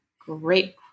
Great